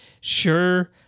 sure